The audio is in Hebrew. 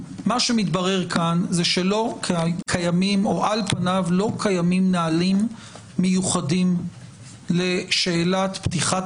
מה שמתברר כאן זה שעל פניו לא קיימים נהלים מיוחדים לשאלת פתיחת